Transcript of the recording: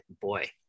boy